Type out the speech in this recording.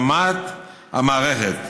עם השלמת המערכת,